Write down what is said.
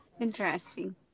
Interesting